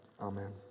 amen